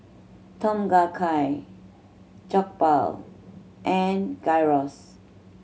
Tom Kha Gai Jokbal and Gyros